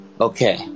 Okay